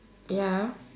ya